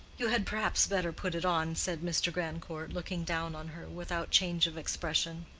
you had perhaps better put it on, said mr. grandcourt, looking down on her without change of expression.